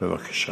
בבקשה.